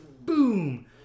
boom